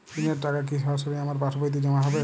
ঋণের টাকা কি সরাসরি আমার পাসবইতে জমা হবে?